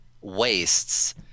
wastes